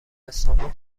استانبول